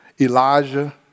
Elijah